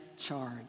charge